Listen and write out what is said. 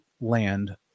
land